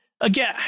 Again